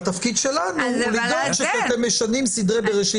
והתפקיד שלנו הוא לדאוג שכשאתם משנים סדרי בראשית